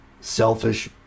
selfish